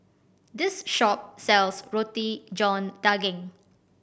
this shop sells Roti John Daging